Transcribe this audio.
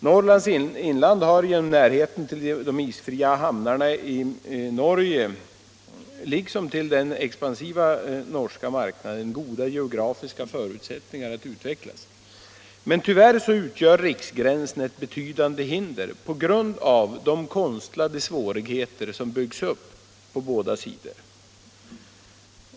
Norrlands inland har genom närheten till de isfria hamnarna i Norge liksom till den expansiva norska marknaden goda geografiska förutsättningar att utvecklas. Men tyvärr utgör riksgränsen ett betydande hinder på grund av de konstlade svårigheter som byggs upp på båda sidor.